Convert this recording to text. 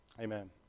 Amen